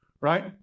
right